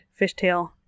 fishtail